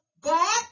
God